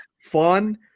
fun